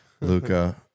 luca